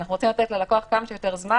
אנחנו רוצים לתת ללקוח כמה שיותר זמן